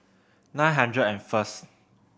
nine hundred and first